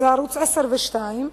ערוץ-10 וערוץ-2,